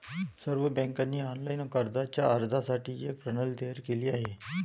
सर्व बँकांनी ऑनलाइन कर्जाच्या अर्जासाठी एक प्रणाली तयार केली आहे